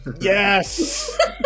Yes